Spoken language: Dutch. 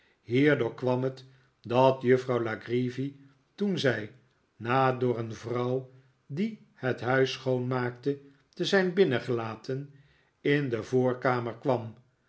hierdoor kwam het dat juffrouw la creevy toen zij na door een vrouw die het huis schoonmaakte te zijn binnengelaten in de voorkamer kwam